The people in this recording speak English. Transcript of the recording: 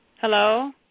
Hello